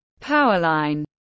Powerline